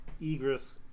Egress